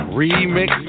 remix